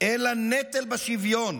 אלא נטל בשוויון,